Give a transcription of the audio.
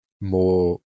more